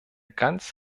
ganz